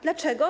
Dlaczego?